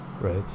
right